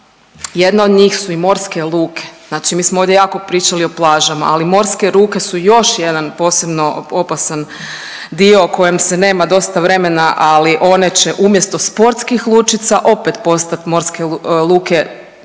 jedna od njih su i morske luke. Znači mi smo ovdje jako pričali o plažama, ali morske luke su još jedan posebno opasan dio o kojem se nema dosta vremena, ali one će umjesto sportskih lučica opet postati morske luke